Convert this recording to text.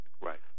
Right